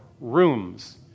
rooms